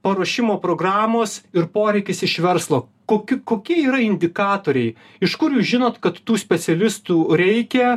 paruošimo programos ir poreikis iš verslo koki kokie yra indikatoriai iš kur jūs žinot kad tų specialistų reikia